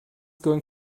going